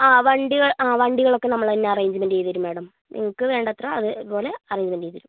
ആ വണ്ടികൾ ആ വണ്ടികളൊക്കെ നമ്മൾ തന്നെ അറേഞ്ച്മെന്റ് ചെയ്ത് തരും മേഡം നിങ്ങൾക്ക് വേണ്ടത്ര അതേപോലെ അറേഞ്ച്മെന്റ് ചെയ്ത് തരും